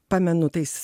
pamenu tais